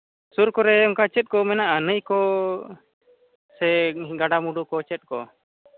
ᱥᱩᱨ ᱠᱚᱨᱮᱫ ᱚᱱᱠᱟ ᱪᱮᱫ ᱠᱚ ᱢᱮᱱᱟᱜᱼᱟ ᱱᱟᱹᱭ ᱠᱚ ᱥᱮ ᱜᱟᱰᱟ ᱢᱩᱰᱩ ᱠᱚ ᱪᱮᱫ ᱠᱚ